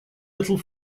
little